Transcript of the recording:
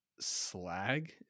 slag